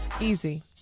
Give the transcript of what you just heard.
Easy